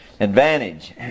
Advantage